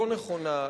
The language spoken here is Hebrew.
לא נכונה,